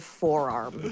forearm